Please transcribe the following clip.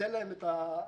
ביטל להם את העדפה